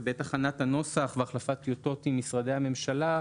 ובעת הכנת הנוסח והחלפת טיוטות עם משרדי הממשלה,